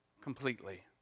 completely